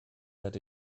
that